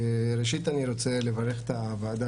ראשית אני רוצה לברך את הוועדה,